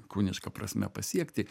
kūniška prasme pasiekti